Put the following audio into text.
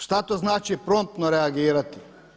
Šta to znači promptno reagirati?